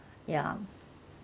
yeah